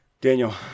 Daniel